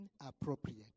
inappropriate